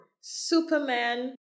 Superman